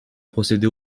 procéder